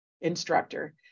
instructor